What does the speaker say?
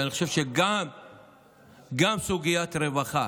ואני חושב שגם סוגיית הרווחה